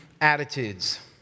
attitudes